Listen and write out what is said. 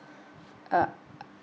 uh